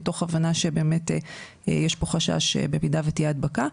מתוך הבנה שבאמת יש פה חשש במידה ותהיה הדבקה.